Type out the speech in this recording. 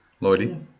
Lloydie